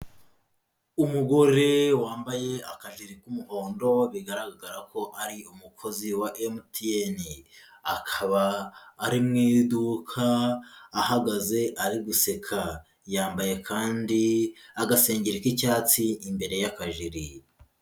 Umugore wambaye akajiri k'umuhondo, bigaragara ko ari umukozi wa MTN, akaba ari mu iduka ahagaze ari guseka, yambaye kandi agasengeri k'icyatsi imbere y'akajiri.